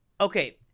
okay